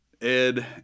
Ed